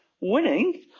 winning